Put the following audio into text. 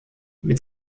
mit